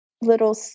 little